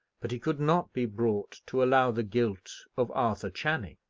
but he could not be brought to allow the guilt of arthur channing.